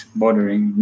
bordering